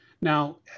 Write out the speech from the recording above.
Now